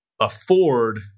afford